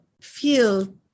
feel